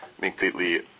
completely